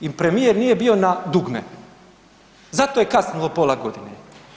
I premijer nije bio na dugme, zato je kasnilo pola godine.